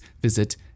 visit